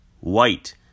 white